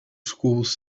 schools